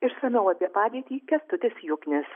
išsamiau apie padėtį kęstutis juknis